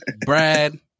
Brad